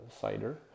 cider